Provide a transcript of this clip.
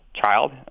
child